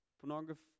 pornography